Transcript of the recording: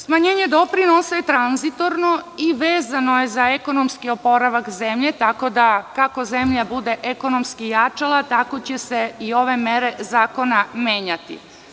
Smanjenje doprinosa je tranzitorno i vezano je za ekonomski oporavak zemlje, tako da kako zemlja bude ekonomski jačala tako će se i ove mere zakona menjati.